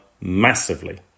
massively